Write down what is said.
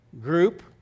group